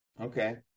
Okay